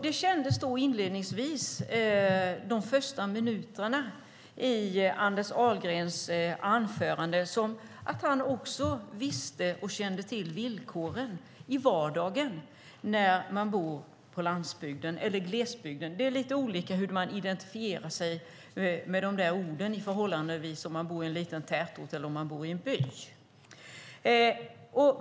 Det kändes inledningsvis, de första minuterna i Anders Ahlgrens anförande, som att han också visste och kände till villkoren i vardagen när man bor på landsbygden, eller i glesbygden. Det är lite olika hur man identifierar sig i förhållande till dessa beroende på om man bor i en liten tätort eller i en liten by.